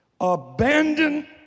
abandon